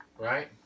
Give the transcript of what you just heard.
right